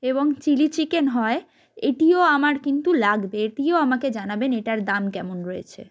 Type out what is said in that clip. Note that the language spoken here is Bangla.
এবং চিলি চিকেন হয় এটিও আমার কিন্তু লাগবে এটিও আমাকে জানাবেন এটার দাম কেমন রয়েছে